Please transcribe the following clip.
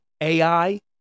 AI